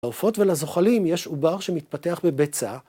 ‫לעופות ולזוחלים יש עובר ‫שמתפתח בביצה.